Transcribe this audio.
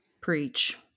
Preach